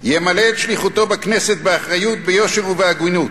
ימלא את שליחותו בכנסת באחריות, ביושר ובהגינות,